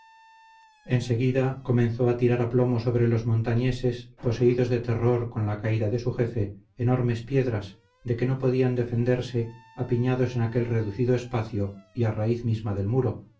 enseguida comenzó a tirar a plomo sobre los montañeses poseídos de terror con la caída de su jefe enormes piedras de que no podían defenderse apiñados en aquel reducido espacio y a raíz misma del muro